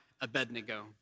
Abednego